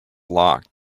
locked